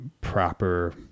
proper